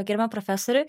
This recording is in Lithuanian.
gerbiamam profesoriui